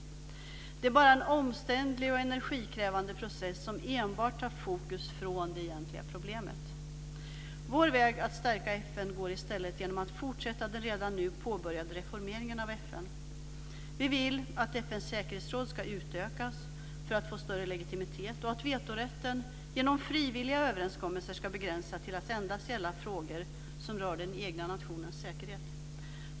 Det är bara en omständlig och energikrävande process som enbart tar fokus från det egentliga problemet. Vår väg att stärka FN går i stället genom att fortsätta den redan påbörjade reformeringen av FN. Vi vill att FN:s säkerhetsråd ska utökas för att få större legitimitet och att vetorätten, genom frivilliga överenskommelser, ska begränsas till att endast gälla frågor som rör den egna nationens säkerhet.